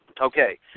Okay